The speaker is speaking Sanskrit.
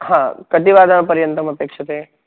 हा कति वादनपर्यन्तम् अपेक्षते